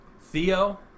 Theo